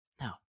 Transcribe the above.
No